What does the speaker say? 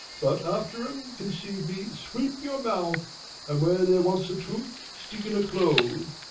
but after em, conceive me, sweep your mouth, and where there wants a tooth, stick in a clove.